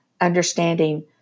understanding